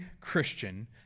Christian